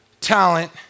talent